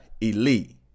elite